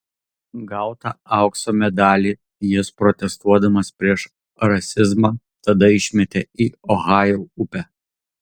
gautą aukso medalį jis protestuodamas prieš rasizmą tada išmetė į ohajo upę